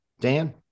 Dan